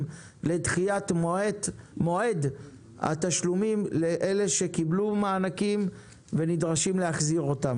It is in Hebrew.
לדחיית מועד התשלומים לאלה שקיבלו מענקים ונדרשים להחזיר אותם.